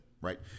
Right